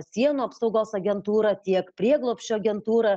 sienų apsaugos agentūra tiek prieglobsčio agentūra